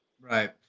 Right